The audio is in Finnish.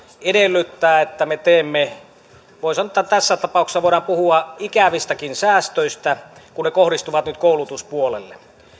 edellyttää että me teemme ikäviä säästöjä voi sanoa että tässä tapauksessa voidaan puhua ikävistäkin säästöistä kun ne kohdistuvat nyt koulutuspuolelle